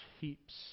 heaps